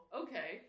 okay